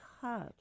hard